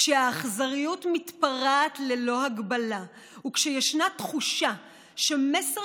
כשהאכזריות מתפרעת ללא הגבלה וכשישנה תחושה שמסר